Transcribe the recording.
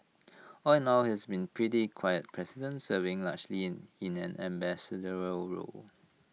all in all he's been A pretty quiet president serving largely in in an ambassadorial role